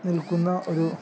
നിൽക്കുന്ന ഒരു